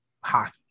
hockey